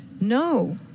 no